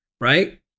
right